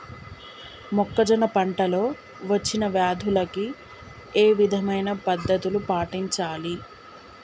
మొక్కజొన్న పంట లో వచ్చిన వ్యాధులకి ఏ విధమైన పద్ధతులు పాటించాలి?